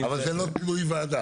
אבל זה לא תלוי ועדה.